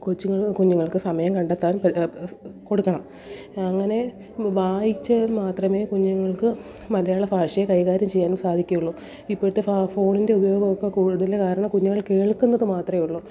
കൊച്ചുങ്ങൾ കുഞ്ഞുങ്ങൾക്ക് സമയം കണ്ടെത്താൻ പ് കൊടുക്കണം അങ്ങനെ വായിച്ചാൽ മാത്രമേ കുഞ്ഞുങ്ങൾക്ക് മലയാള ഭാഷയെ കൈകാര്യം ചെയ്യാൻ സാധിക്കുകയുള്ളൂ ഇപ്പോഴത്തേ ഫ ഫോണിൻ്റെ ഉപയോഗമൊക്കെ കൂടുതൽ കാരണം കുഞ്ഞുങ്ങൾ കേൾക്കുന്നതു മാത്രമേ ഉള്ളു